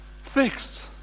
fixed